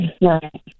Right